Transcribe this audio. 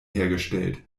hergestellt